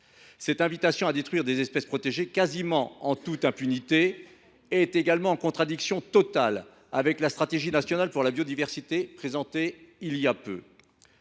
Cette invitation à détruire des espèces protégées en toute impunité, ou presque, est également en contradiction totale avec la stratégie nationale pour la biodiversité présentée voilà peu.